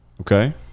Okay